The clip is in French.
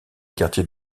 quartiers